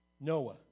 Noah